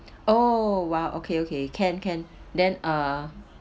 oh !wow! okay okay can can then uh